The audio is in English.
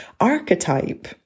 archetype